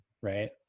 right